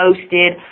posted